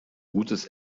gutes